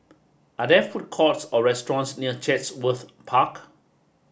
are there food courts or restaurants near Chatsworth Park